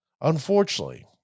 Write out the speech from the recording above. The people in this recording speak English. unfortunately